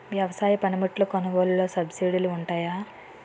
వ్యవసాయ పనిముట్లు కొనుగోలు లొ సబ్సిడీ లు వుంటాయా?